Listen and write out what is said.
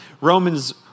Romans